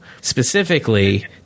specifically